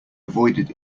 avoided